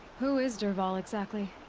who is dervahl, exactly?